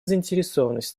заинтересованность